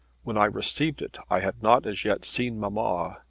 when i received it i had not as yet seen mamma.